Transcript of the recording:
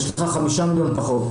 יש לך חמישה מיליון פחות.